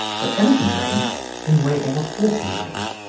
but elephant brains can weigh over four kilograms,